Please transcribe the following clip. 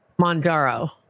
Mondaro